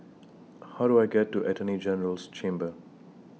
How Do I get to Attorney General's Chambers